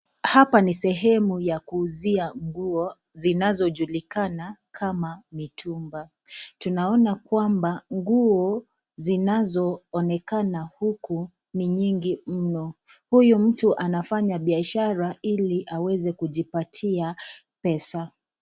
Hapa ni sehemu ya kuuzia nguo zinazojulikana kama mitumba. Tunaona kwamba nguo zinazoonekana huku ni nyingi mno. Huyu mtu anafanya biashara ili aweze kujipatia pesa.